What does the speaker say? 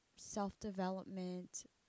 self-development